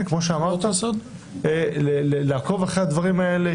שאמרת, לעקוב אחר הדברים האלה.